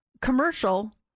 commercial